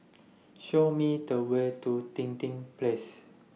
Show Me The Way to Dinding Place